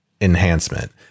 enhancement